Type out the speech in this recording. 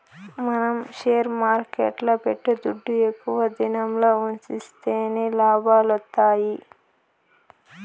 మనం షేర్ మార్కెట్ల పెట్టే దుడ్డు ఎక్కువ దినంల ఉన్సిస్తేనే లాభాలొత్తాయి